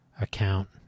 account